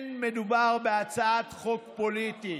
לא מדובר בהצעת חוק פוליטית.